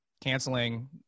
canceling